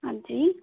हां जी